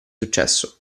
successo